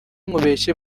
ukubeshya